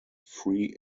free